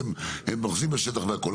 והם אוחזים בשטח והכול.